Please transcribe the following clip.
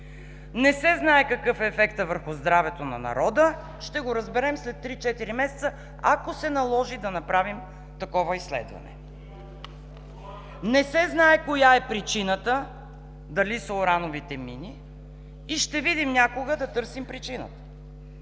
Не се знае какъв е ефектът върху здравето на народа. Ще го разберем след три-четири месеца, ако се наложи да направим такова изследване. Не се знае коя е причината – дали са урановите мини, и ще видим някога да търсим причината.